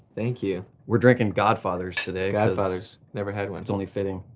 thank you. we're drinking godfathers today. godfathers, never had one. it's only fitting.